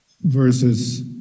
versus